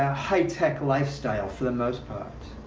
ah high-tech lifestyle for the most part.